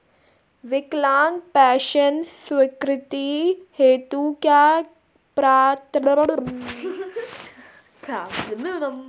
विकलांग पेंशन स्वीकृति हेतु क्या पात्रता होनी चाहिये?